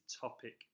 topic